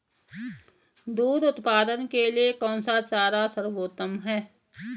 दूध उत्पादन के लिए कौन सा चारा सर्वोत्तम है?